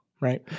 Right